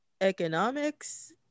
economics